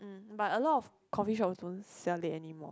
um but a lot of coffee shops don't sell it anymore